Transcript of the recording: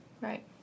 Right